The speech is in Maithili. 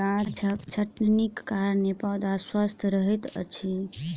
गाछक छटनीक कारणेँ पौधा स्वस्थ रहैत अछि